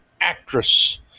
actress